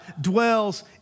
dwells